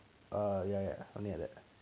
ya ya something like that